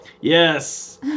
yes